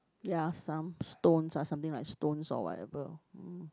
there are some stones ah something like stones or whatever